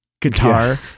guitar